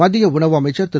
மத்திய உணவு அமைச்சர் திரு